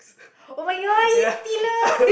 oh-my-god you stealer